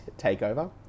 TakeOver